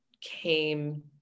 came